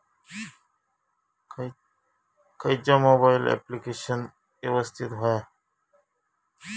खयचा mobile application यवस्तित होया?